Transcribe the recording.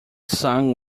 song